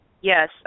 Yes